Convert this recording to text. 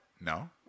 no